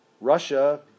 Russia